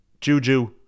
Juju